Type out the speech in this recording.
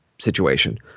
situation